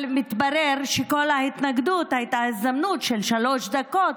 אבל מתברר שכל ההתנגדות הייתה הזדמנות של שלוש דקות